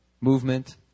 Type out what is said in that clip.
movement